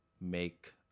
make